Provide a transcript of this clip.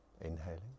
inhaling